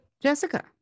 Jessica